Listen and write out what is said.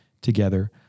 together